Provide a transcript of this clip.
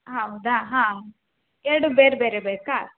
ಹೌದಾ ಹಾಂ ಎರಡು ಬೇರೆ ಬೇರೆ ಬೇಕಾ